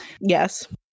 Yes